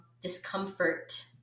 discomfort